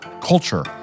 culture